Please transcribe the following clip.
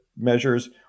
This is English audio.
measures